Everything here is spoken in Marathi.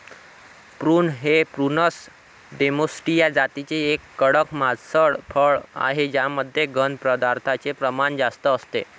प्रून हे प्रूनस डोमेस्टीया जातीचे एक कडक मांसल फळ आहे ज्यामध्ये घन पदार्थांचे प्रमाण जास्त असते